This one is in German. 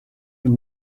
ihm